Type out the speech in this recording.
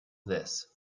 this